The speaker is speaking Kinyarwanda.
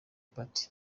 party